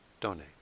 donate